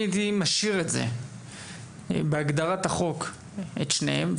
אני הייתי משאיר בהגדרת החוק את שניהם.